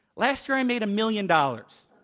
last year i made a million dollars.